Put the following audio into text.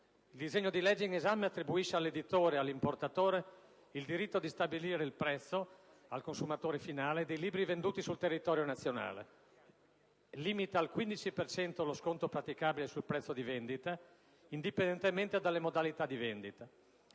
Il disegno di legge in esame attribuisce all'editore e all'importatore il diritto di stabilire il prezzo al consumatore finale dei libri venduti sul territorio nazionale e limita al 15 per cento lo sconto praticabile sul prezzo di vendita, indipendentemente dalle modalità di vendita.